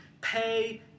Pay